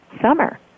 summer